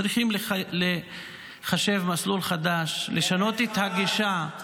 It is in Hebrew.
צריכים לחשב מסלול מחדש -- תגנה את חמאס,